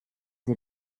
sie